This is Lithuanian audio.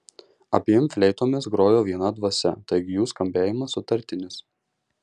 abiem fleitomis grojo viena dvasia taigi jų skambėjimas sutartinis